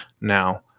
now